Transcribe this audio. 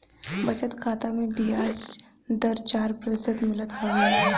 बचत खाता में बियाज दर चार प्रतिशत मिलत हवे